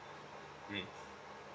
mm